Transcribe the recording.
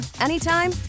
anytime